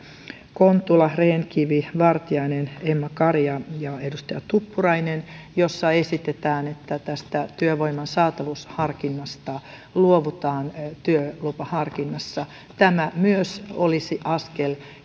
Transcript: kontula rehn kivi vartiainen emma kari ja ja tuppurainen jossa esitetään että tästä työvoiman saatavuusharkinnasta luovutaan työlupaharkinnassa tämä myös olisi askel